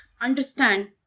understand